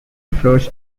floors